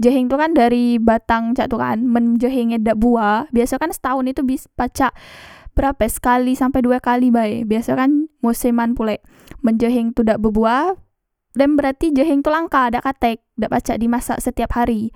jeheng tu kan dari batang cak tu kan men jeheng e dak buah biaso kan setaon itu pacak berape sekali sampe due kali bae biaso kan moseman pulek men jeheng tu dak bebuah dem berarti jeheng tu langkah dak katek dak pacak di masak setiap hari